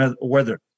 weather